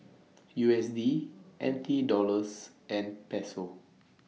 U S D N T Dollars and Peso